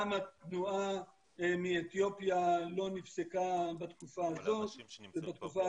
גם התנועה מאתיופיה לא נפסקה בתקופה הזאת ובתקופה